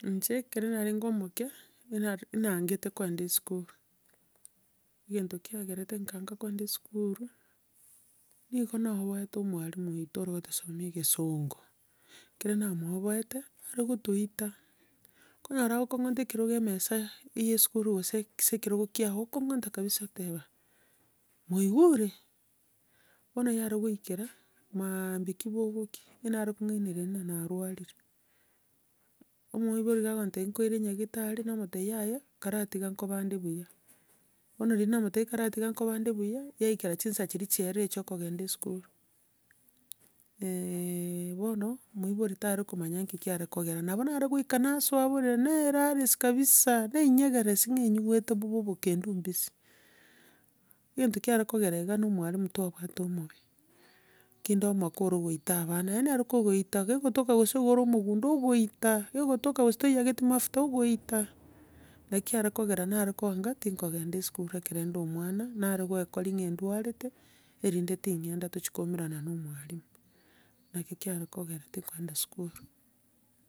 Inche, ekero narenge omoke enare naangete kogenda esukuru, egento kiagerete nkaanga kogenda esukuru, niga na oboete omwarimu oito ore kotosomia egesongo. Ekero namoboete, ore gotoita, okonyora agokong'ota ekerogo emensa eiyia esukuru korwa gose ase ekerogo giago, okong'ota kabisa oteba, mwaigure? Bono yaregoikera maambia kibogokia, e nare kong'ainereria buna narwarire, omoibori gakontebia nkoire nyagetari, namotebia yaya, karatiga nkobande buya. Bono riria namotebirie kara tiga nkobande buya, yaikera chinsa chiaerire chia okogenda esukuru. bono moiboro tare komanya ninki kiare kogera. Nabo naregoika nasoa borere, naerarisia kabisa nainyegeresia buna enyigwete bobe obokendu mbisie, egento kiare kogera na omwarimu twabate omobe kinde omoke ore goita abana, yaani are kogoita, kegotoka gose niga ore omogundo, ogoita, kegotoka gose toiyageti mafuta ogoita, naki kiare kogera nare koanga ntikogenda esukuru ekero nde omwana, nare goekoria buna endwarete, erinde ting'enda tochi koumerana na omwarimu. Naki kiare kogera tikogenda sukuru.